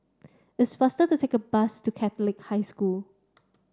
it's faster to take a bus to Catholic High School